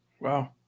Wow